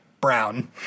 Brown